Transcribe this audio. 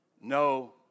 no